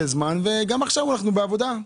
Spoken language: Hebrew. זמן וגם עכשיו אומרים לנו "אנחנו בעבודה".